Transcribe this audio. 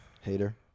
Hater